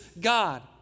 God